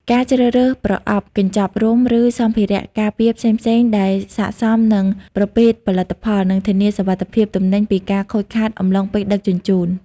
ការជ្រើសរើសប្រអប់ កញ្ចប់រុំ ឬសម្ភារៈការពារផ្សេងៗដែលស័ក្តិសមនឹងប្រភេទផលិតផល និងធានាសុវត្ថិភាពទំនិញពីការខូចខាតអំឡុងពេលដឹកជញ្ជូន។